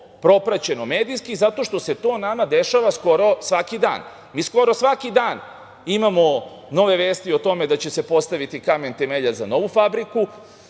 propraćeno medijski zato što se to nama dešava skoro svaki dan. Mi skoro svaki dan imamo nove vesti o tome da će se postaviti kamen temeljac za novu fabriku,